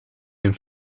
dem